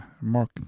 mark